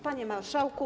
Panie Marszałku!